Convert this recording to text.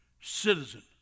citizen